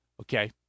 Okay